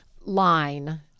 line